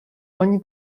oni